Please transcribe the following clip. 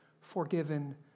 forgiven